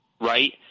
Right